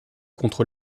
contre